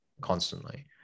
constantly